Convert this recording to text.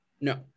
No